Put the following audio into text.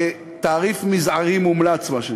כתעריף מזערי מומלץ.